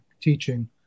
teaching